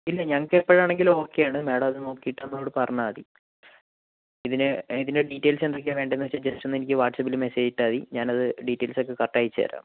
ഇല്ല ഞങ്ങൾക്ക് എപ്പോഴാണെങ്കിലും ഓക്കെ ആണ് മേഡം അത് നോക്കിയിട്ടൊന്ന് ഇങ്ങോട്ട് പറഞ്ഞാൽ മതി ഇതിനെ ഇതിൻറെ ഡീറ്റയിൽസ് എന്തൊക്കെ വേണ്ടതെന്ന് വെച്ചാൽ ജസ്റ്റ് ഒന്ന് എനിക്ക് വാട്സ്ആപ്പിൽ മെസേജ് ഇട്ടാൽ മതി ഞാനത് ഡീറ്റയിൽസ് ഒക്കെ കറക്റ്റ് അയച്ചുതരാം